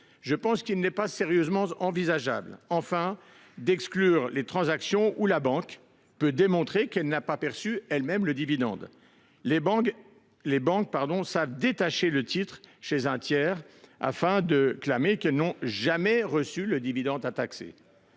Il ne me paraît pas sérieusement envisageable d’exclure les transactions dans lesquelles la banque peut démontrer qu’elle n’a pas perçu elle même le dividende. Les banques savent détacher le titre chez un tiers, afin de clamer qu’elles n’ont jamais reçu le dividende à taxer.